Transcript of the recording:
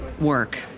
work